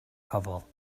pobl